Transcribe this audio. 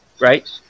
right